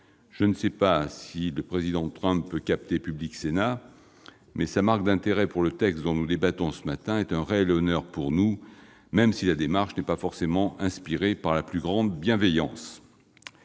France. J'ignore si le président Trump peut capter Public Sénat, mais sa marque d'intérêt pour le texte dont nous débattons ce matin est un réel honneur pour nous, même si elle n'est pas forcément inspirée par la plus grande bienveillance.